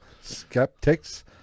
Skeptics